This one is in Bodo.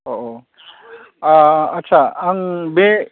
औ औ ओ आदसा आं बे